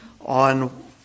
on